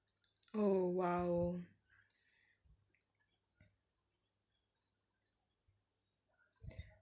oh !wow!